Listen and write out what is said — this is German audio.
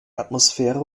atmosphäre